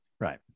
right